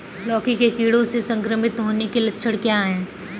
लौकी के कीड़ों से संक्रमित होने के लक्षण क्या हैं?